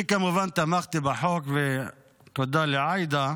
כמובן שתמכתי בהצעת החוק, ותודה לעאידה,